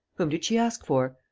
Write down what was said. whom did she ask for?